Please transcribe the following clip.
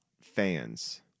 fans